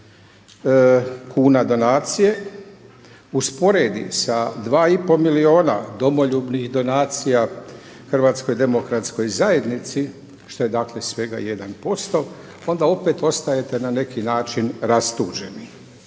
kuna donacije usporedi sa 2,5 milijuna domoljubnih donacija HDZ-u što je dakle svega 1% onda opet ostajete na neki način rastuženi,